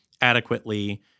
adequately